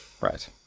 Right